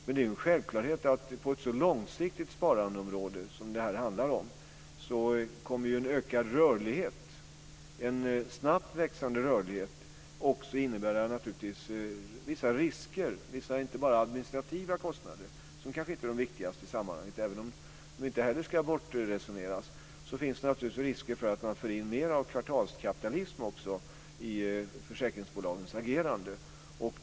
Men det är en självklarhet att på ett så långsiktigt sparandeområde som detta handlar om kommer en snabbt växande rörlighet också att innebära vissa risker och inte bara administrativa kostnader, som kanske inte är de viktigaste i sammanhanget, även om de inte heller ska resoneras bort. Det finns naturligtvis risker för att man också får in mer av kvartalskapitalism i försäkringsbolagens agerande.